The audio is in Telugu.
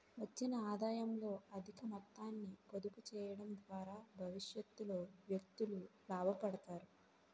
వచ్చిన ఆదాయంలో అధిక మొత్తాన్ని పొదుపు చేయడం ద్వారా భవిష్యత్తులో వ్యక్తులు లాభపడతారు